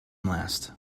last